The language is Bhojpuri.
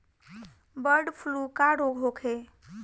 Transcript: बडॅ फ्लू का रोग होखे?